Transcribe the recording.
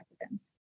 residents